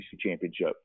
championship